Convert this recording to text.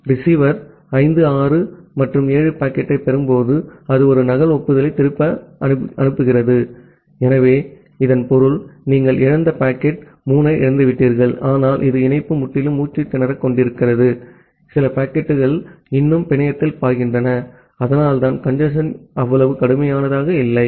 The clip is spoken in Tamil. ஆகவே ரிசீவர் 5 6 மற்றும் 7 பாக்கெட்டைப் பெறும்போது அது ஒரு நகல் ஒப்புதலை திருப்பி அனுப்புகிறது ஆகவே இதன் பொருள் நீங்கள் இழந்த பாக்கெட் 3 ஐ இழந்துவிட்டீர்கள் ஆனால் இது இணைப்பு முற்றிலும் மூச்சுத் திணறிக் கொண்டிருக்கிறது சில பாக்கெட்டுகள் இன்னும் பிணையத்தில் பாய்கின்றன அதனால்தான் கஞ்சேஸ்ன் அவ்வளவு கடுமையானதாக இல்லை